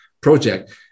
project